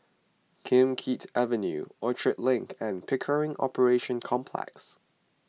Kim Keat Avenue Orchard Link and Pickering Operations Complex